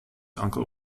uncle